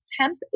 temp